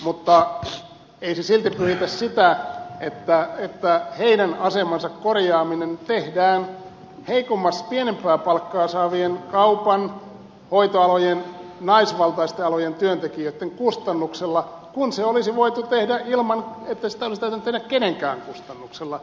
mutta ei se silti pyhitä sitä että heidän asemansa korjaaminen tehdään pienempää palkkaa saavien kaupan hoitoalojen naisvaltaisten alojen työntekijöitten kustannuksella kun se olisi voitu tehdä ilman että sitä olisi täytynyt tehdä kenenkään kustannuksella